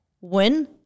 win